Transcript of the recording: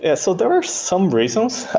yeah so there are some reasons,